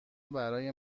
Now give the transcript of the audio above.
برای